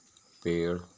पेड़